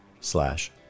slash